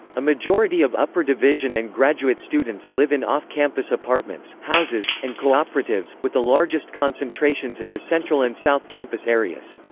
a majority of upper-division and graduate students live in off-campus apartments, houses, and cooperatives, with the largest concentrations in the central and south campus areas.